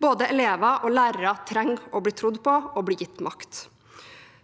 Både elever og lærere trenger å bli trodd på og bli gitt makt.